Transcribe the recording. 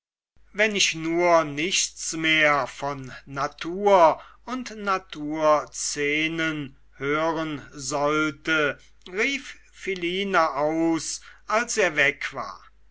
wenn ich nur nichts mehr von natur und naturszenen hören sollte rief philine aus als er weg war